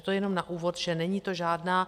To jenom na úvod, že není to žádná...